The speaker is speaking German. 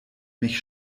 mich